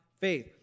faith